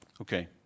Okay